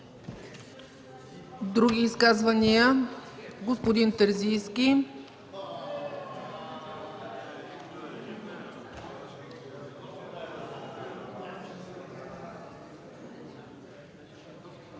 Други изказвания? Господин Терзийски.